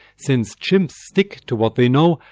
since chimps stick to what they know,